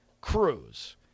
Cruz